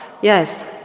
yes